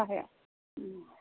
साहाया